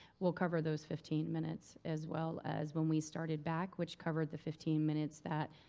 we'll cover those fifteen minutes as well as when we started back, which covered the fifteen minutes that